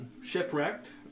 Shipwrecked